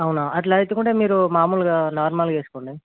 అవునా అట్లా వేయించుకుంటే మీరు మాములుగా నార్మల్గా వేసుకోండి